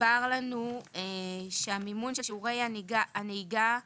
הוסבר לנו שהמימון של שיעורי הנהיגה,